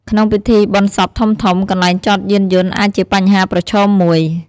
ក្នុងពិធីបុណ្យសពធំៗ កន្លែងចតយានយន្តអាចជាបញ្ហាប្រឈមមួយ។